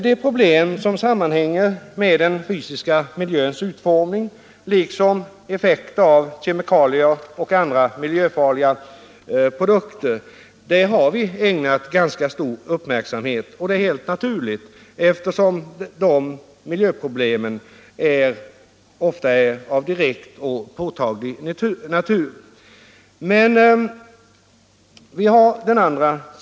De problem som sammanhänger med den fysiska miljöns utformning liksom effekter av kemikalier och andra miljöfarliga produkter har vi ägnat ganska stor uppmärksamhet. Detta är helt naturligt eftersom dessa miljöproblem ofta är av direkt och påtaglig natur.